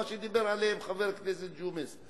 מה שאמר עליהם חבר הכנסת ג'ומס.